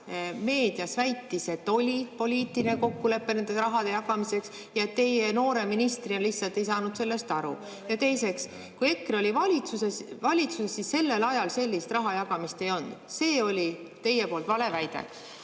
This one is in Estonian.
meedias väitis, et oli poliitiline kokkulepe nende rahade jagamiseks, aga teie noore ministrina ei saanud sellest lihtsalt aru. Ja teiseks, kui EKRE oli valitsuses, siis sellel ajal sellist raha jagamist ei olnud. See oli teie poolt vale väide. Aga